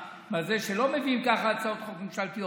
שלא מביאים כך הצעות חוק ממשלתיות.